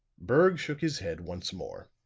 berg shook his head once more.